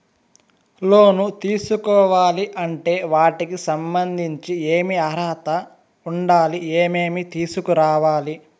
లోను తీసుకోవాలి అంటే వాటికి సంబంధించి ఏమి అర్హత ఉండాలి, ఏమేమి తీసుకురావాలి